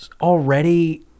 Already